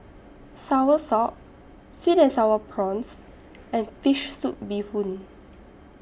Soursop Sweet and Sour Prawns and Fish Soup Bee Hoon